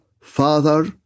father